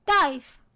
dive